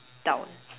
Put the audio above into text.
down